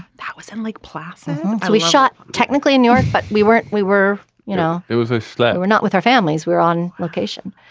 that was in lake placid. so we shot technically in new york but we weren't. we were you know it was a flat. we're not with our families we're on location.